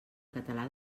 català